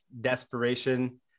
desperation